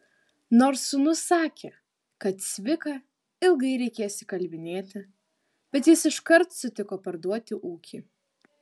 nors sūnus sakė kad cviką ilgai reikės įkalbinėti bet jis iškart sutiko parduoti ūkį